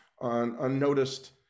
unnoticed